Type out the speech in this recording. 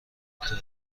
متحده